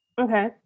Okay